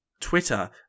twitter